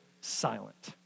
silent